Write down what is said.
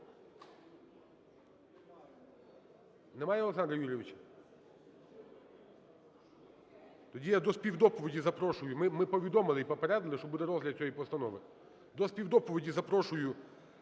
Немає Олександра Юрійовича? Тоді я до співдоповіді запрошую, ми повідомили і попередили, що буде розгляд цієї постанови. До співдоповіді запрошую